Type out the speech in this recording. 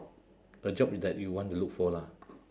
a job that you want to look for lah